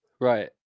Right